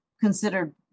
considered